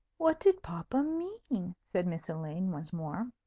what did papa mean? said miss elaine, once more.